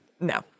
No